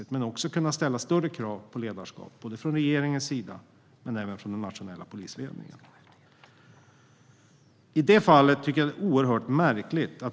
Vi måste också kunna ställa större krav på både regeringens och den nationella polisledningens ledarskap.